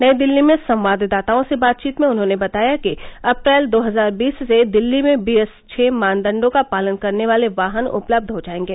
नई दिल्ली में संवाददाताओं से बातचीत में उन्होंने बताया कि अप्रैल दो हजार बीस से दिल्ली में बीएस छः मानदंडों का पालन करने वाले वाहन उपलब्ध हो जाएंगे